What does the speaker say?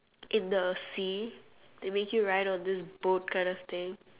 in the sea they make you ride on this boat kind of thing